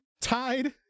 tied